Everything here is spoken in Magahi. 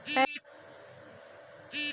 पैन कार्ड बनावे पडय है आधार कार्ड भी लगहै?